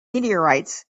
meteorites